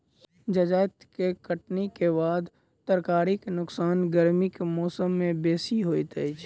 जजाति कटनीक बाद तरकारीक नोकसान गर्मीक मौसम मे बेसी होइत अछि